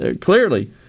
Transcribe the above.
clearly